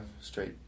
straight